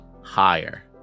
higher